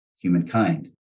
humankind